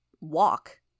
Walk